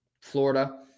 Florida